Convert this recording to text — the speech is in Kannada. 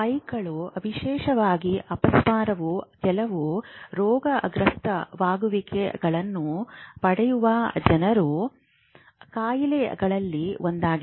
ಸ್ಪೈಕ್ಗಳು ವಿಶೇಷವಾಗಿ ಅಪಸ್ಮಾರವು ಕೆಲವು ರೋಗಗ್ರಸ್ತವಾಗುವಿಕೆಗಳನ್ನು ಪಡೆಯುವ ಜನರ ಕಾಯಿಲೆಗಳಲ್ಲಿ ಒಂದಾಗಿದೆ